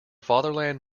fatherland